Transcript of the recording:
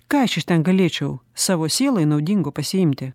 ką aš iš ten galėčiau savo sielai naudingo pasiimti